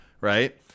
Right